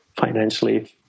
financially